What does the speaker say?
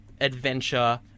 adventure